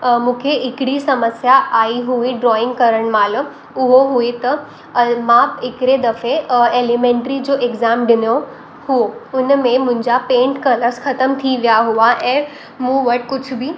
मूंखे हिकड़ी समस्या आई हुई ड्रॉइंग करणु महिल उहो हुई त मां हिकड़े दफ़े एलिमेंट्री जो एग्ज़ाम ॾिनो हुओ उनमें मुंहिंजा पेंट कलर्स ख़तम थी विया हुआ ऐं मूं वटि कुझु बि